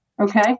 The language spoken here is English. okay